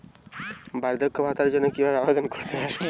বার্ধক্য ভাতার জন্য কিভাবে আবেদন করতে হয়?